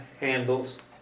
handles